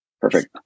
Perfect